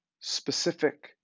specific